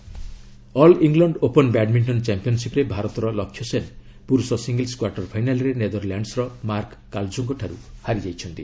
badminton all England open badminton ଚାମ୍ପିୟନ୍ସିପ୍ରେ ଭାରତର ଲକ୍ଷ ସେନ୍ ପୁରୁଷ ସିଙ୍ଗଲ୍ସ୍ କ୍ୱାର୍ଟର୍ ଫାଇନାଲ୍ରେ ନେଦର୍ଲ୍ୟାଣ୍ଡ୍ସ୍ର ମାର୍କ କାଲ୍ଜୋ ଙ୍କଠାରୁ ହାରିଯାଇଛନ୍ତି